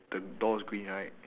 the door is green right